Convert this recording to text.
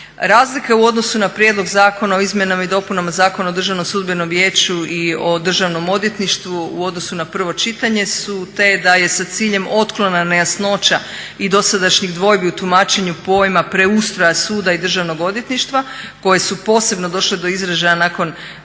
Razlike u odnosu na prijedlog zakona o izmjenama i dopunama Zakona o Državnom sudbenom vijeću i o Državnom odvjetništvu u odnosu na pravo čitanje su te da je sa ciljem otklona nejasnoća i dosadašnjih dvojbi u tumačenju pojma preustroja suda i državnog odvjetništva koje su posebno došle do izražaja nakon